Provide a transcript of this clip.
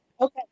okay